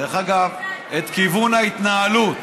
דרך אגב, את כיוון ההתנהלות.